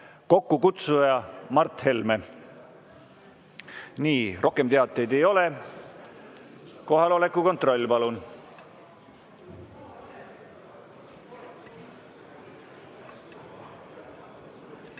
Kokkukutsuja on Mart Helme. Nii, rohkem teateid ei ole. Kohaloleku kontroll, palun!